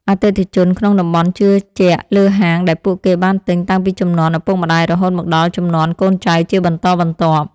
អតិថិជនក្នុងតំបន់ជឿជាក់លើហាងដែលពួកគេបានទិញតាំងពីជំនាន់ឪពុកម្ដាយរហូតមកដល់ជំនាន់កូនចៅជាបន្តបន្ទាប់។